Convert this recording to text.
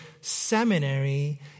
seminary